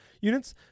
units